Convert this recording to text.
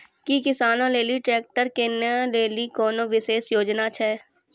कि किसानो लेली ट्रैक्टर किनै लेली कोनो विशेष योजना छै?